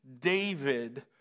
David